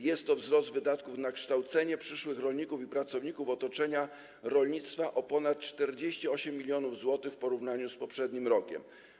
Jest to wzrost wydatków na kształcenie przyszłych rolników i pracowników otoczenia rolnictwa o ponad 48 mln zł w porównaniu z poprzednim rokiem.